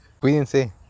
Cuídense